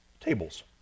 tables